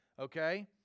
okay